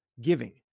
giving